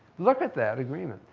look at that agreement.